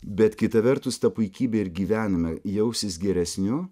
bet kita vertus ta puikybė ir gyvenime jausis geresniu